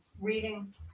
reading